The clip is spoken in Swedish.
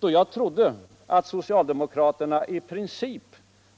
då jag trodde att socialdemokraterna i princip